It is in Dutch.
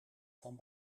van